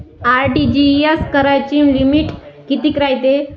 RTGS कराची limit कितीक रायते?